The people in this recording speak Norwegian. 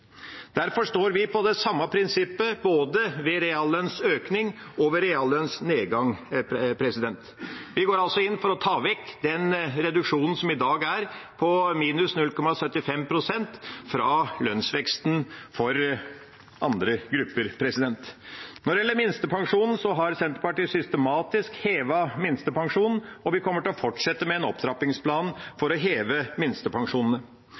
Derfor står vi på det samme prinsippet ved både reallønnsøkning og reallønnsnedgang. Vi går altså inn for å ta vekk den reduksjonen som i dag er på minus 0,75 pst. fra lønnsveksten for andre grupper. Når det gjelder minstepensjonen, har Senterpartiet systematisk hevet den, og vi kommer til å fortsette med en opptrappingsplan for å heve minstepensjonene.